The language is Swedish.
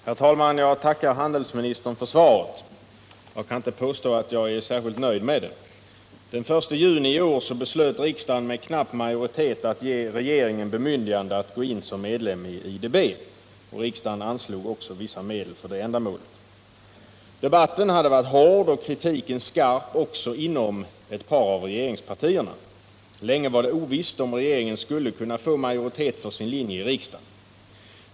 Herr talman! Jag tackar handelsministern för svaret. Jag kan inte påstå att jag är särskilt nöjd med det. Den 1 juni i år beslöt riksdagen med knapp majoritet att ge regeringen bemyndigande att gå in i IDB, och riksdagen anslog också vissa medel för det ändamålet. Debatten hade varit hård och kritiken skarp också inom ett par av regeringspartierna. Länge var det ovisst om regeringen skulle kunna få majoritet för sin linje i riksdagen.